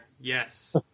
Yes